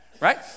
Right